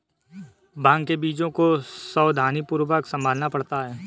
भांग के बीजों को सावधानीपूर्वक संभालना पड़ता है